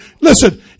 Listen